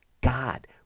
god